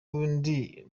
ubundi